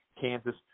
Kansas